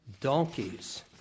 donkeys